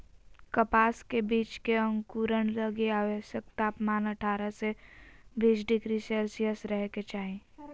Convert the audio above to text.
कपास के बीज के अंकुरण लगी आवश्यक तापमान अठारह से बीस डिग्री सेल्शियस रहे के चाही